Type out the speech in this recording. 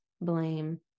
blame